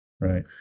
Right